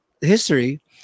history